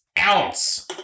ounce